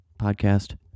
podcast